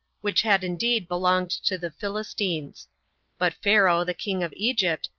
which had indeed belonged to the philistines but pharaoh, the king of egypt,